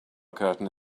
curtain